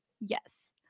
yes